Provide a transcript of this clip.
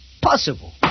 possible